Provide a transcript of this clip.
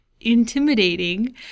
intimidating